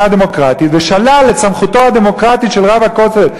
הדמוקרטית ושלל את סמכותו הדמוקרטית של רב הכותל,